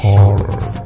Horror